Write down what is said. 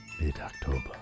Mid-October